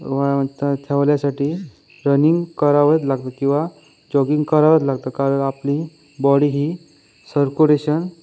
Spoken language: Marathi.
ठेवण्यासाठी रनिंग करावंच लागतं किवा जॉगिंग करावंच लागतं कारण आपली बॉडी ही सर्कुरेशन